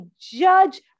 judge